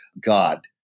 God